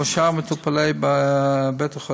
כמו שאר מטופלי בית-החולים,